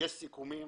יש סיכומים